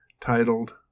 titled